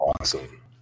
Awesome